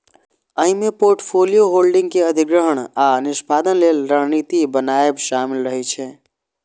अय मे portfolio holding के अधिग्रहण आ निष्पादन लेल रणनीति बनाएब शामिल रहे छै